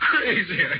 Crazy